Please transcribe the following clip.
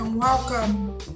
Welcome